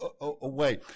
away